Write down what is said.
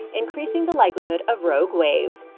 increasing the likelihood of rogue waves.